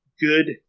good